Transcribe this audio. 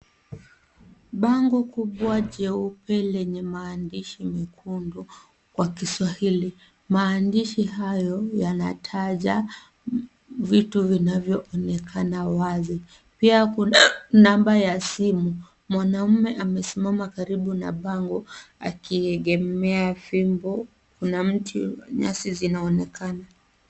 Bango kubwa jeupe lenye maandishi mekundu kwa kiswahili. Maandishi hayo yanataja vitu vinavyoonekana wazi. Pia kuna namba ya simu. Mwanaume amesimama karibu na bango akiegemea fimbo. Kuna mti nyasi zinaonekana.